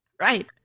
Right